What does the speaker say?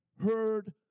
heard